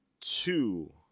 two